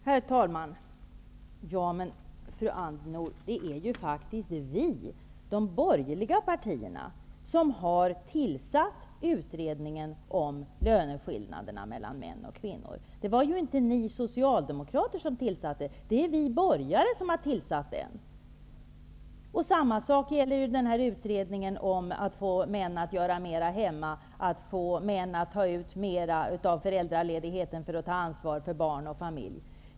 Herr talman! Fru Andnor, det är ju faktiskt vi, de borgerliga partierna, som har tillsatt utredningen om löneskillnaderna mellan män och kvinnor. Det var ju inte ni socialdemokrater som gjorde det. Det är vi borgare som har tillsatt den. Samma sak gäller ju utredningen om att få män att göra mer hemma och att få män att ta ut mer av föräldraledigheten för att ta ansvar för barn och familj.